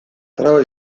traba